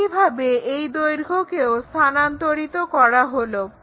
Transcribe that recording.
একইভাবে এই দৈর্ঘ্যকেও স্থানান্তরিত করা হলো